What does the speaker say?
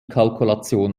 kalkulation